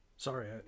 Sorry